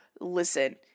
listen